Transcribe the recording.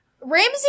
Ramsey